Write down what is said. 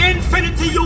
Infinity